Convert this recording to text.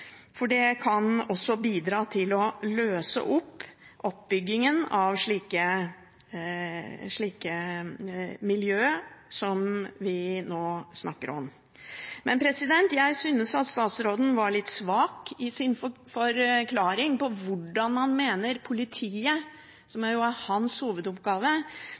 Det kan også bidra til å løse opp oppbyggingen av slike miljøer som vi nå snakker om. Jeg synes at statsråden var litt svak i sin forklaring på hvordan han mener politiet, som er hans hovedoppgave, skal organisere dette arbeidet. Hvordan bygges disse kompetansemiljøene nå opp? Hvor er